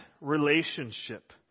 relationship